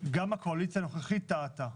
הקואליציה הנוכחית טעתה.